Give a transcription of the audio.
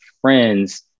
friends